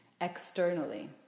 externally